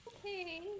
Okay